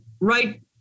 right